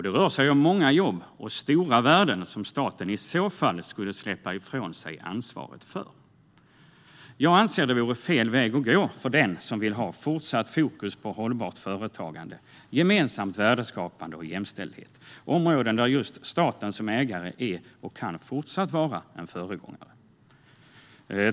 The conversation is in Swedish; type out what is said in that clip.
Det rör sig om många jobb och stora värden som staten i så fall skulle släppa ifrån sig ansvaret för. Jag anser att detta vore fel väg att gå för den som vill ha fortsatt fokus på hållbart företagande, gemensamt värdeskapande och jämställdhet - områden där just staten som ägare är och fortsatt kan vara en föregångare.